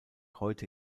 heute